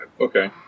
Okay